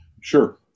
Sure